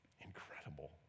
incredible